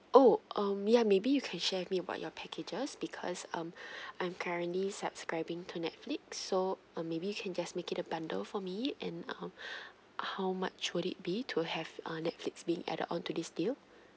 oh um ya maybe you can share with me about your packages because um I'm currently subscribing to netflix so uh maybe you can just make it a bundle for me and um how much would it be to have uh netflix being added onto this deal